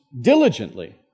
diligently